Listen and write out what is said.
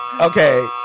Okay